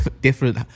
different